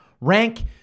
rank